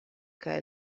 kaj